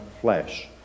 flesh